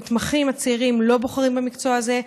המתמחים הצעירים לא בוחרים במקצוע הזה.